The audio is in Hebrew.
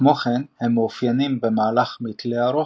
כמו כן הם מאופיינים במהלך מתלה ארוך,